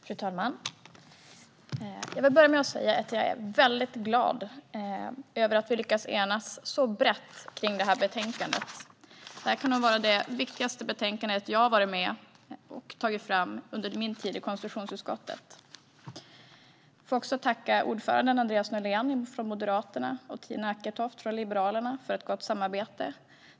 Fru talman! Jag vill börja med att säga att jag är väldigt glad över att vi har lyckats enas så brett om detta betänkande. Det här kan vara det viktigaste betänkande som jag har varit med om att ta fram under min tid i konstitutionsutskottet. Jag vill också tacka ordföranden Andreas Norlén från Moderaterna och Tina Acketoft från Liberalerna för ett gott samarbete.